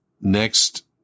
next